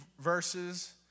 verses